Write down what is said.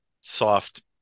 soft